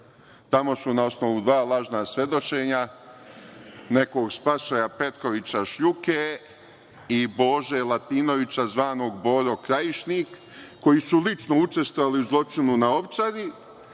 su na osnovu dva lažna svedočenja nekog Spasoja Petkovića Šljuke i Bože Latinovića, zvanog Božo Krajišnik, koji su lično učestvovali u zločinu na Ovčari,